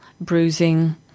bruising